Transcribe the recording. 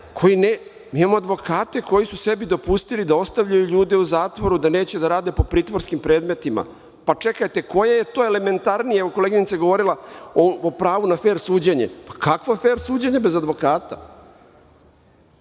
Mi imamo advokate koji su sebi dopustili da ostavljaju ljude u zatvoru, da neće da rade po pritvorskim predmetima. Pa, čekajte, koje je to elementarnije, koleginica je govorila o pravu na fer suđenje, pa kakvo fer suđenje bez advokata